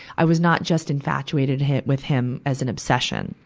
i was not just infatuated him, with him as an obsession.